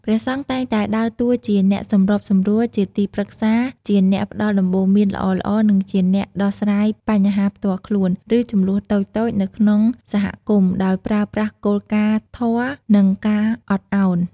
ព្រះសង្ឃតែងតែដើរតួជាអ្នកសម្របសម្រួល ជាទីប្រឹក្សា ជាអ្នកផ្ដល់ដំបូន្មានល្អៗ និងជាអ្នកដោះស្រាយបញ្ហាផ្ទាល់ខ្លួន ឬជម្លោះតូចៗនៅក្នុងសហគមន៍ ដោយប្រើប្រាស់គោលការណ៍ធម៌ និងការអត់អោន។